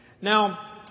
Now